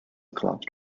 collapsed